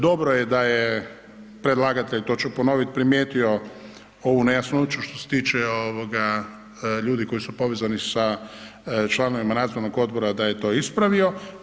Dobro je da je predlagatelj, to ću ponovit, primijetio ovu nejasnoću što se tiče ovoga ljudi koji su povezani sa članovima nadzornog odbora da je to ispravio.